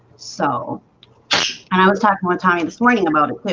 so and i was talking one time this morning about it,